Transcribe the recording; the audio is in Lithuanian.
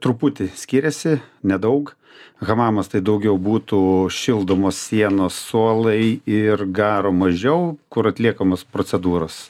truputį skiriasi nedaug hamamas tai daugiau būtų šildomos sienos suolai ir garo mažiau kur atliekamos procedūros